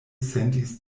sentis